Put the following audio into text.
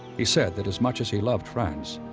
he said that as much as he loved france,